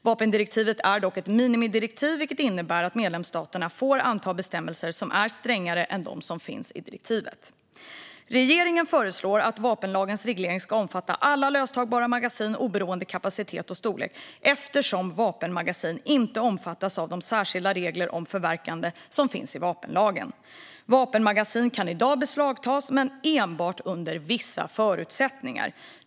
Vapendirektivet är dock ett minimidirektiv, vilket innebär att medlemsstaterna får anta bestämmelser som är strängare än de som finns i direktivet. Regeringen föreslår att vapenlagens reglering ska omfatta alla löstagbara magasin, oberoende av kapacitet och storlek, eftersom vapenmagasin inte omfattas av de särskilda regler om förverkande som finns i vapenlagen. Vapenmagasin kan i dag beslagtas men enbart under vissa förutsättningar.